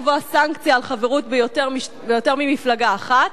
מטרתה לקבוע סנקציה על חברות ביותר ממפלגה אחת,